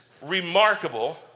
remarkable